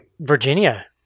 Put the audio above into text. virginia